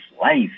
life